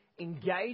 engage